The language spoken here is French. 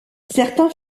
certains